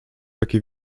jakie